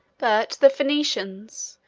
but the phoenicians,